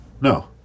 No